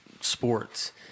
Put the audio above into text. Sports